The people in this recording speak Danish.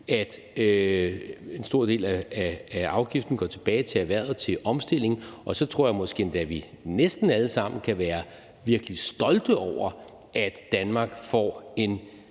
at en stor del af afgiften går tilbage til erhvervet til omstilling. Og så tror jeg måske endda, at vi næsten alle sammen kan være virkelig stolte over, at Danmark får en